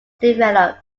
developed